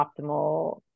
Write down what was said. optimal